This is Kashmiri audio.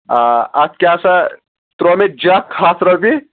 آ اتھ کیٚاہ سا تروو مےٚ جیٚکھ ہتھ رۄپیہِ